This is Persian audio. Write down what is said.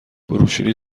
بروشوری